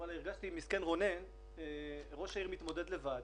הרגשתי שרונן מסכן, ראש העיר מתמודד לבד,